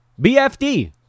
BFD